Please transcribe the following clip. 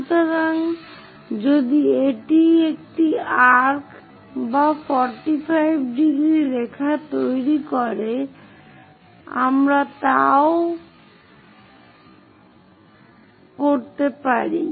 সুতরাং যদি এটিই একটি আর্ক্ বা 45 ° রেখা তৈরি করে আমরাও তা করতে পারি